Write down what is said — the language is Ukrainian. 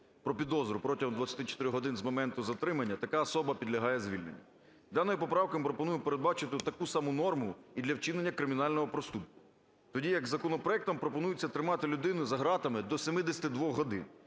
про підозру протягом 24 годин з моменту затримання, така особа підлягає звільненню. Даною поправкою ми пропонуємо передбачити таку саму норму і для вчинення кримінального проступку, тоді як законопроектом пропонується тримати людину за ґратами до 72 годин.